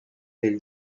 del